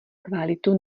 kvalitu